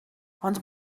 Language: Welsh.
ond